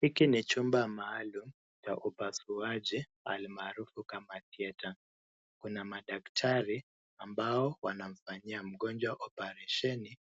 Hiki ni chumba maalum cha upasuaji almaarufu kama theartre .Kuna madaktari ambao wanamfanyia mgonjwa oparesheni